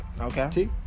Okay